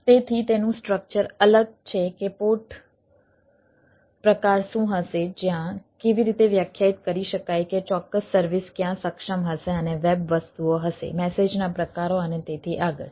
તેથી તેનું સ્ટ્રક્ચર અલગ છે કે પોર્ટ પ્રકાર શું હશે જ્યાં કેવી રીતે વ્યાખ્યાયિત કરી શકાય કે ચોક્કસ સર્વિસ ક્યાં સક્ષમ હશે અને વેબ વસ્તુઓ હશે મેસેજના પ્રકારો અને તેથી આગળ